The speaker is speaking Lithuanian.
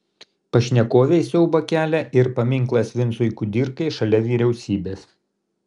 pašnekovei siaubą kelia ir paminklas vincui kudirkai šalia vyriausybės